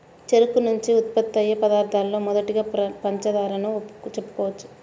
చెరుకు నుంచి ఉత్పత్తయ్యే పదార్థాలలో మొదటిదిగా పంచదారను చెప్పుకోవచ్చు